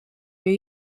new